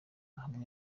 hamwe